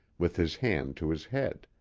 with his hand to his head.